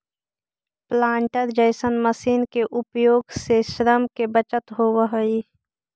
planter जईसन machine के उपयोग से श्रम के बचत होवऽ हई